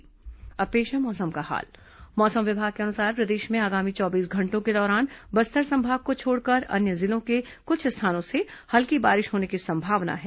मौसम और अब पेश है मौसम का हाल मौसम विभाग के अनुसार प्रदेश में आगामी चौबीस घंटों के दौरान बस्तर संभाग को छोड़कर अन्य जिलों के कुछ स्थानों से हल्की बारिश होने की संभावना है